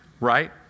right